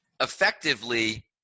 effectively